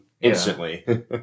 instantly